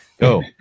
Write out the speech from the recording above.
go